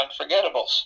Unforgettables